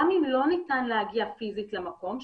גם אם לא ניתן להגיע פיזית למקום,